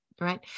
Right